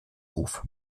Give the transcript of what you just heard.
ruf